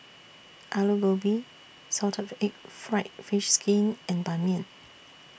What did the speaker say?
Aloo Gobi Salted Egg Fried Fish Skin and Ban Mian